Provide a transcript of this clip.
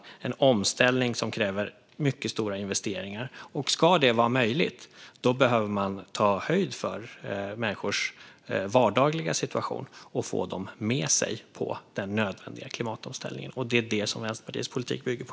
Det är en omställning som kräver mycket stora investeringar. Om det ska vara möjligt behöver man ta höjd för människors vardagliga situation och få dem med sig i fråga om den nödvändiga klimatomställningen. Det är det som Vänsterpartiets politik bygger på.